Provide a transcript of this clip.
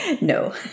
No